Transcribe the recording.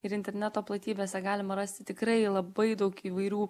ir interneto platybėse galima rasti tikrai labai daug įvairių